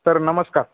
sir नमस्कार